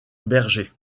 berger